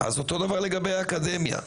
אותו דבר לגבי האקדמיה.